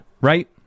right